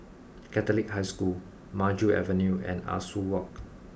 Catholic High School Maju Avenue and Ah Soo Walk